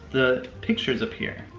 the pictures appear.